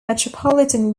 metropolitan